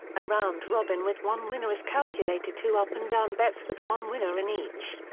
a round robin with one winner is calculated two up and down bets with one winner in each.